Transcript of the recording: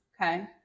Okay